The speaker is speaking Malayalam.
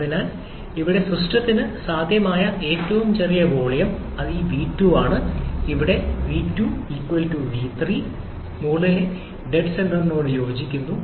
അതിനാൽ ഇവിടെ സിസ്റ്റത്തിന് സാധ്യമായ ഏറ്റവും ചെറിയ വോളിയം ഈ v2 ആണ് ഇവിടെ v2 v3 മുകളിലെ ഡെഡ് സെന്ററിനോട് യോജിക്കുന്നു